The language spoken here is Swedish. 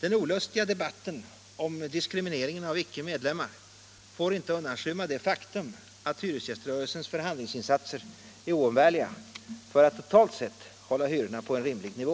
Den olustiga debatten om diskrimineringen av icke-medlemmar får inte undanskymma det faktum att hyresgäströrelsens förhandlingsinsatser är oumbärliga för att totalt sett hålla hyrorna på en rimlig nivå.